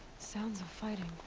sounds of fighting.